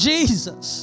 Jesus